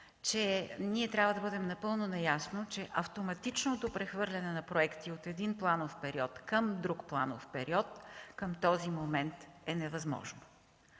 обаче – трябва да бъдем напълно наясно, че автоматичното прехвърляне на проекти от един планов период към друг към този момент е невъзможно.